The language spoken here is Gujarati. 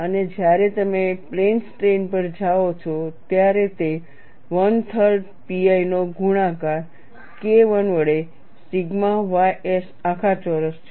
અને જ્યારે તમે પ્લેન સ્ટ્રેઈન પર જાઓ છો ત્યારે તે 13 pi નો ગુણાકાર KI વડે સિગ્મા ys આખા ચોરસ છે